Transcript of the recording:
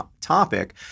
topic